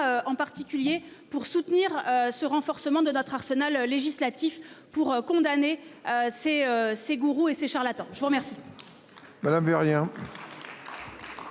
en particulier pour soutenir ce renforcement de notre arsenal législatif pour condamner ces ces gourous et ces charlatans. Je vous remercie.